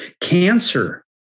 Cancer